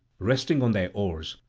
resting on their oars,